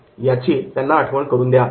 ' याची त्यांना आठवण करून द्या